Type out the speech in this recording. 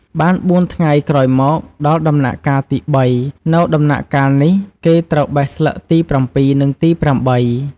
បានបួនថ្ងៃក្រោយមក ដល់ដំណាក់កាលទី៣ នៅដំណាក់កាលនេះ គេត្រូវបេះស្លឹកទី៧ និងទី៨។